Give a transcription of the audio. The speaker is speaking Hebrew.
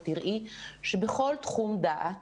את תראי שבכל תחום דעת